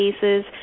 cases